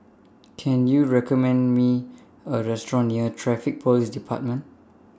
Can YOU recommend Me A Restaurant near Traffic Police department